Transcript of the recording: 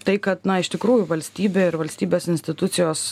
tai kad na iš tikrųjų valstybė ir valstybės institucijos